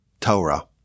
Torah